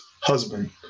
husband